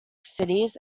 cities